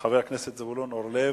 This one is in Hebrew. חבר הכנסת זבולון אורלב,